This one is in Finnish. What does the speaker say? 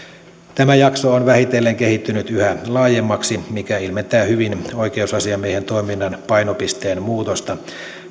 tämä jakso on vähitellen kehittynyt yhä laajemmaksi mikä ilmentää hyvin oikeusasiamiehen toiminnan painopisteen muutosta